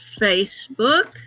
Facebook